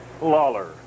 Lawler